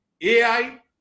AI